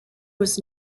was